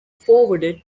forwarded